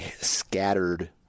scattered